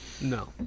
No